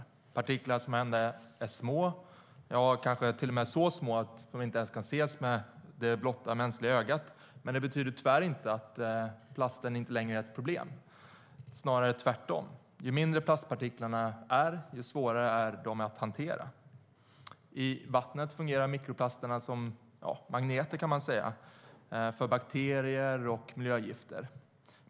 Det är partiklar som måhända är små, ja ibland kanske till och med så små att de inte ens kan ses med det mänskliga ögat, men det betyder tyvärr inte att plasten inte längre är ett problem - snarare tvärtom. Ju mindre plastpartiklarna är desto svårare är de att hantera. I vattnet fungerar mikroplasterna som magneter för bakterier och miljögifter.